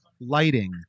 lighting